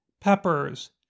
peppers